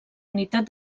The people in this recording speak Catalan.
unitat